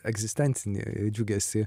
egzistencinį džiugesį